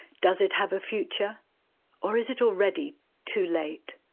does it have a future or is it already too late?